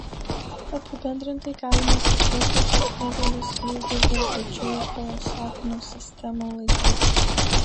apibendrintai galime sakyti kad hėgelis užbaigė didžiųjų filosofinių sistemų laikus